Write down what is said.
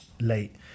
late